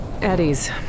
Eddies